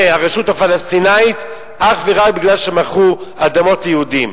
הרשות הפלסטינית אך ורק משום שמכרו אדמות ליהודים.